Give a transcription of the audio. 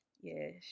Yes